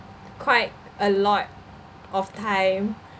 quite a lot of time